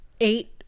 eight